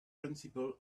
principle